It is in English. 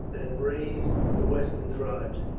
that raised the western tribes,